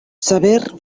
sever